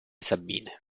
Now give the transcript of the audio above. sabine